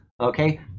okay